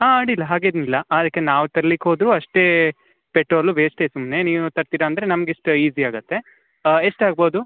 ಹಾಂ ಅಡ್ಡಿಲ ಹಾಗೇನು ಇಲ್ಲ ಅದಕ್ಕೆ ನಾವು ತರಲಿಕ್ಕೆ ಹೋದ್ರು ಅಷ್ಟೇ ಪೆಟ್ರೋಲ್ ವೇಸ್ಟೆ ಸುಮ್ನೆ ನೀವು ತರ್ತೀರಾ ಅಂದರೆ ನಮ್ಗಿಷ್ಟು ಈಸಿ ಆಗುತ್ತೆ ಎಷ್ಟಾಗ್ಬೋದು